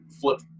flip